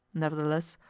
nevertheless,